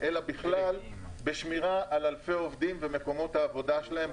אלא בכלל בשמירה על אלפי עובדים ועל מקומות העבודה שלהם,